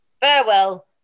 farewell